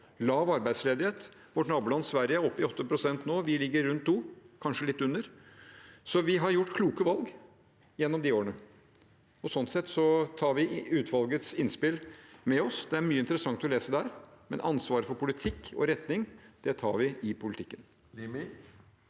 lav arbeidsledighet. Vårt naboland Sverige er oppe i 8 pst. nå. Vi ligger rundt 2 pst., kanskje litt under. Så vi har gjort kloke valg gjennom de årene. Sånn sett tar vi utvalgets innspill med oss. Det er mye interessant å lese der, men ansvaret for politikk og retning tar vi i politikken.